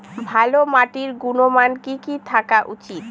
ভালো মাটির গুণমান কি কি থাকা উচিৎ?